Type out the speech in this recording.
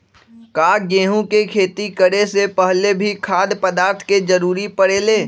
का गेहूं के खेती करे से पहले भी खाद्य पदार्थ के जरूरी परे ले?